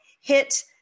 hit